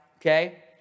Okay